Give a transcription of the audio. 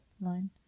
line